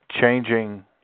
changing